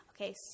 Okay